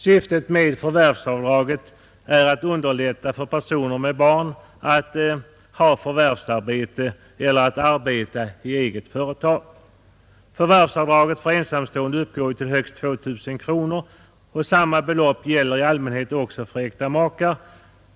Syftet med förvärvsavdraget är att underlätta för personer med barn att ha förvärvsarbete eller att arbeta i eget företag. Förvärvsavdraget för ensamstående uppgår till 2 000 kronor, och samma belopp gäller i allmänhet även för äkta makar.